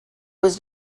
was